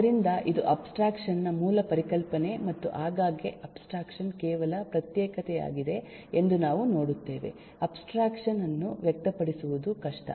ಆದ್ದರಿಂದ ಇದು ಅಬ್ಸ್ಟ್ರಾಕ್ಷನ್ ನ ಮೂಲ ಪರಿಕಲ್ಪನೆ ಮತ್ತು ಆಗಾಗ್ಗೆ ಅಬ್ಸ್ಟ್ರಾಕ್ಷನ್ ಕೇವಲ ಪ್ರತ್ಯೇಕತೆಯಾಗಿದೆ ಎಂದು ನಾವು ನೋಡುತ್ತೇವೆ ಅಬ್ಸ್ಟ್ರಾಕ್ಷನ್ ಅನ್ನು ವ್ಯಕ್ತಪಡಿಸುವುದು ಕಷ್ಟ